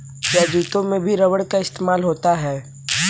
क्या जूतों में भी रबर का इस्तेमाल होता है?